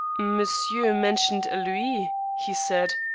monsieur mentioned a louis, he said,